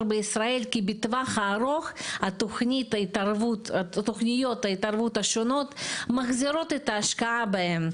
בישראל כי בטווח הארוך תוכניות ההתערבות השונות מחזירות את ההשקעה בהן,